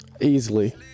easily